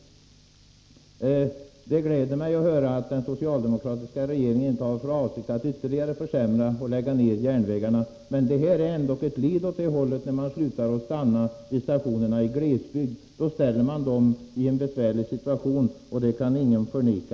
Det gläder mig att höra att den socialdemokratiska regeringen inte har för avsikt att ytterligare försämra eller lägga ned järnvägarna. Men det är ändå ett steg i den riktningen, när tågen slutar att stanna vid stationerna i glesbygden. Då försätts människorna i en besvärlig situation, det kan ingen förneka.